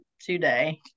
today